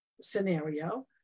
scenario